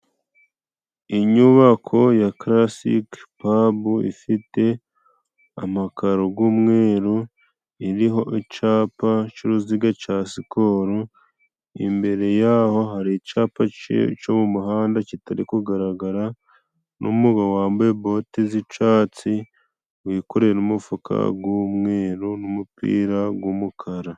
Inyubako ya Karasike Pabu ifite amakaro g'umweru, iriho icapa c'uruziga ca Sikoro, imbere yaho hari icapa co mu muhanda kitari kugaragara n'umugabo wambaye boti z'icatsi, wikoreye n'umufuka g'umweru n'umupira g'umukara.